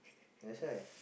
that's why